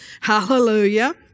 Hallelujah